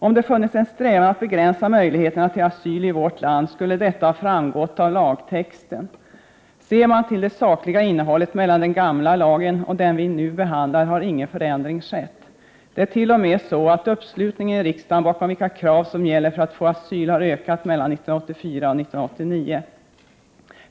Om det funnits en strävan att begränsa möjligheterna till asyl i vårt land, skulle detta ha framgått av lagtexten. Ser man till skillnaden i det sakliga innehållet mellan den gamla lagen och den som vi nu behandlar har det inte skett någon förändring. Det är t.o.m. så, att uppslutningen i riksdagen bakom vilka krav som gäller för att få asyl har ökat mellan 1984 och 1989.